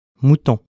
Mouton